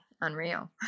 unreal